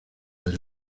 del